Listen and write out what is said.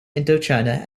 indochina